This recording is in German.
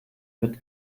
mit